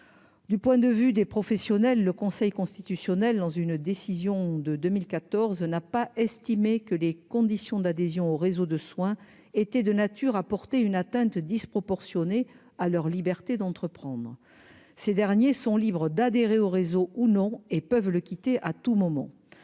du point de vue des professionnels, le Conseil constitutionnel dans une décision de 2014 n'a pas estimé que les conditions d'adhésion aux réseaux de soins étaient de nature à porter une atteinte disproportionnée à leur liberté d'entreprendre, ces derniers sont libres d'adhérer au réseau ou non et peuvent le quitter à tout moment,